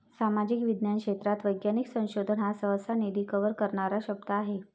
सामाजिक विज्ञान क्षेत्रात वैज्ञानिक संशोधन हा सहसा, निधी कव्हर करणारा शब्द आहे